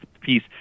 piece